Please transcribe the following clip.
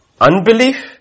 Unbelief